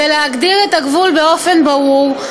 להגדיר את הגבול באופן ברור,